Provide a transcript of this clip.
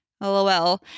LOL